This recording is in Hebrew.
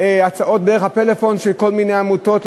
הצעות דרך הפלאפון של כל מיני עמותות,